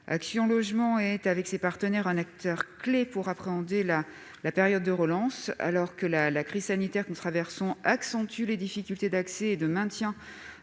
Action Logement est, avec ses partenaires, un acteur clé pour appréhender la période de relance, alors que la crise sanitaire que nous traversons accentue les difficultés d'accès au logement et